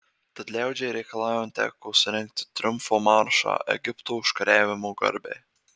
tad liaudžiai reikalaujant teko surengti triumfo maršą egipto užkariavimo garbei